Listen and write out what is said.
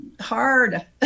hard